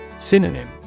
Synonym